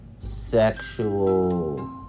Sexual